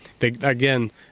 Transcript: again